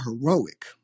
heroic